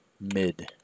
Mid